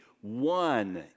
one